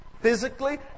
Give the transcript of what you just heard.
physically